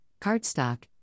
cardstock